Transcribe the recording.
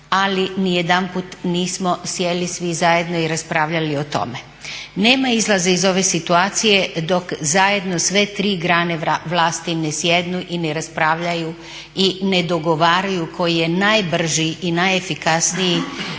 ali niti jedanput nismo sjeli svi zajedno i raspravljali o tome. Nema izlaza iz ove situacije dok zajedno sve tri grane vlasti ne sjednu i ne raspravljaju i ne dogovaraju koji je najbrži i najefikasniji